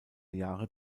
jahre